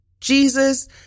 Jesus